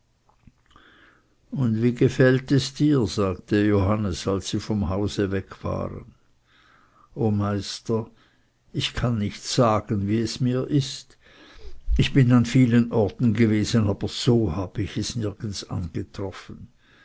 und wie gefällt es dir sagte johannes sobald sie vom hause weg waren o meister ich kann nicht sagen wie es mir ist ich bin an vielen orten gewesen aber so habe ich es nirgends angetroffen